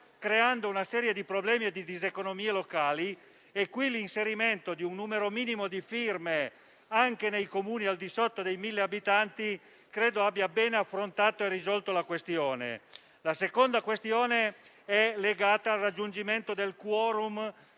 creando una serie di problemi e di diseconomie locali: in questo caso, l'inserimento di un numero minimo di firme anche per i Comuni al di sotto dei 1.000 abitanti credo abbia bene affrontato e risolto la questione. La seconda questione è legata al raggiungimento del *quorum*